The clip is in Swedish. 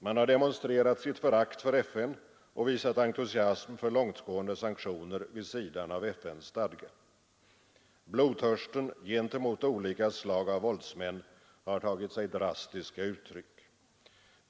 Man har demonstrerat sitt förakt för FN och visat entusiasm för långtgående sanktioner vid sidan av FN:s stadga. Blodtörsten gentemot olika slag av våldsmän har tagit sig drastiska uttryck.